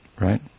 Right